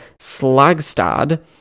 Slagstad